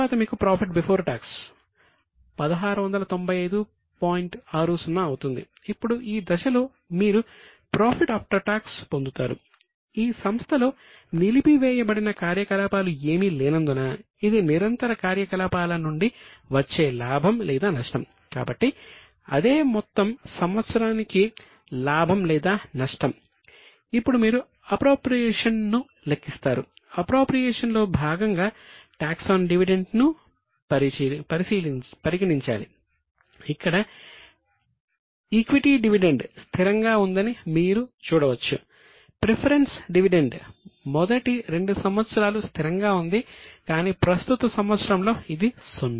తర్వాత మీకు profit before tax మొదటి 2 సంవత్సరాలు స్థిరంగా ఉంది కానీ ప్రస్తుత సంవత్సరంలో ఇది 0